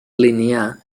linear